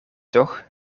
toch